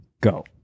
Go